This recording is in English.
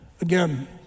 Again